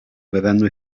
verranno